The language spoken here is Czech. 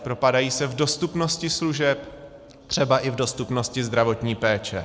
Propadají se v dostupnosti služeb, třeba i v dostupnosti zdravotní péče.